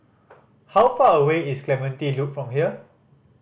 how far away is Clementi Loop from here